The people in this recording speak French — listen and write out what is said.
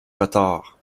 retards